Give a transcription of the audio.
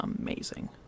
amazing